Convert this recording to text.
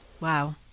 Wow